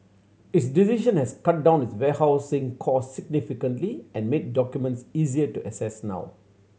its decision has cut down it warehousing cost significantly and made documents easier to access now